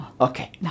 Okay